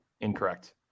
Incorrect